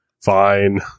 Fine